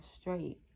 straight